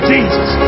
Jesus